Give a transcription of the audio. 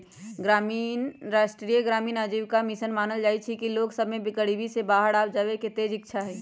राष्ट्रीय ग्रामीण आजीविका मिशन मानइ छइ कि लोग सभ में गरीबी से बाहर आबेके तेज इच्छा हइ